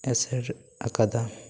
ᱮᱥᱮᱨ ᱟᱠᱟᱫᱟ